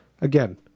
Again